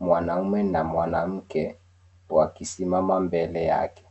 mwanamme na mwanamke, wakisimama mbele yake.